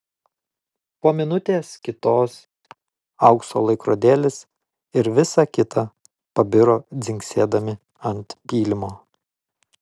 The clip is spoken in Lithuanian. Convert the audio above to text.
po minutės kitos aukso laikrodėlis ir visa kita pabiro dzingsėdami ant pylimo